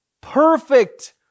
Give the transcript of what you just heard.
perfect